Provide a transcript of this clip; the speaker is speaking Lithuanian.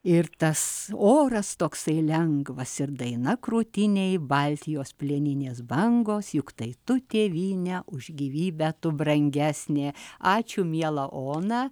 ir tas oras toksai lengvas ir daina krūtinėj baltijos plieninės bangos juk tai tu tėvynę už gyvybę tu brangesnė ačiū miela oną